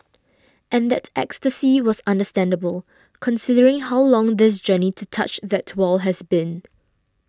and that ecstasy was understandable considering how long this journey to touch that wall has been